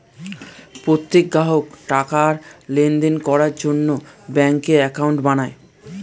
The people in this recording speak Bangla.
প্রত্যেক গ্রাহক টাকার লেনদেন করার জন্য ব্যাঙ্কে অ্যাকাউন্ট বানায়